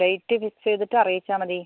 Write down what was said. date fix ചെയ്തിട്ട് അറിയിച്ചാൽ മതി